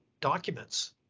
documents